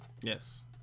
Yes